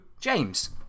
James